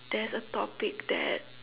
there's a topic that